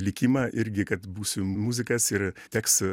likimą irgi kad būsiu muzikas ir teks